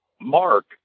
Mark